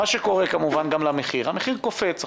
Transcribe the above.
כמובן שהמחיר קופץ.